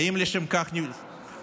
האם לשם כך נבחרתם?